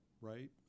right